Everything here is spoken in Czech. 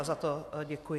Za to děkuji.